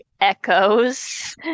echoes